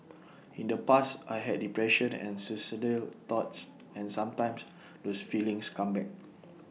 in the past I had depression and suicidal thoughts and sometimes those feelings come back